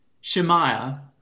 Shemaiah